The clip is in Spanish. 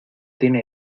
tiene